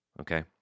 Okay